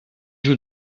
joue